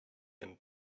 and